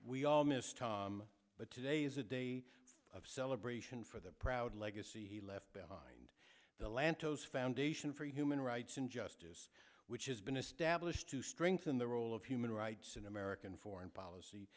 tom but today is a day of celebration for the proud legacy he left behind the lantos foundation for human rights and justice which has been established to strengthen the role of human rights in american foreign policy